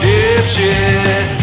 Dipshit